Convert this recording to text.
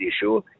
issue